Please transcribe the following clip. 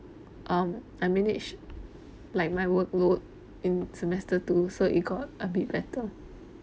uh I managed like my workload in semester two so it got a bit better